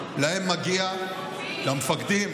למפקדים,